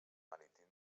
marítim